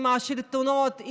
עם השלטונות,